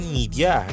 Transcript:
media